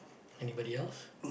anybody else